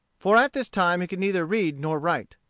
for at this time he could neither read nor write.